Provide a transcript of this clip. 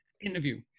interview